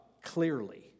clearly